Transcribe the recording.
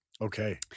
Okay